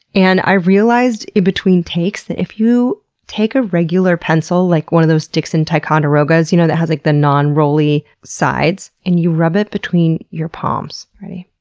and i realized in between takes that if you take a regular pencil, like one of those dixon ticonderogas, you know, that has like the non-rolly sides, and you rub it between your palms, ready?